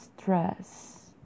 stress